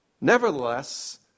Nevertheless